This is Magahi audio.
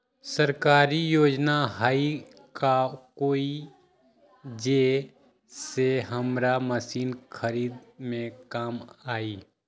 सरकारी योजना हई का कोइ जे से हमरा मशीन खरीदे में काम आई?